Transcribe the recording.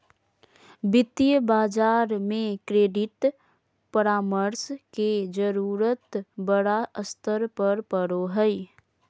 वित्तीय बाजार में क्रेडिट परामर्श के जरूरत बड़ा स्तर पर पड़ो हइ